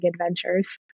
adventures